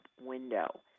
window